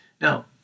Now